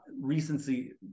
recency